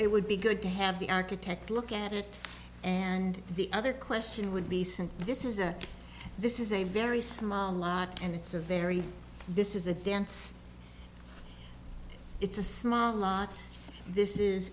it would be good to have the architect look at it and the other question would be sent this is a this is a very small lot and it's a very this is a dance it's a small lot this is